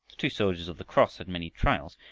two soldiers of the cross had many trials,